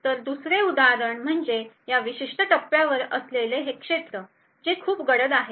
तर दुसरे उदाहरण म्हणजे या विशिष्ट टप्प्यावर असलेले हे क्षेत्र जे खूप गडद आहेत